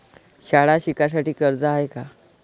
शाळा शिकासाठी कर्ज हाय का?